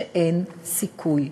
שאין סיכוי,